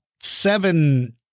seven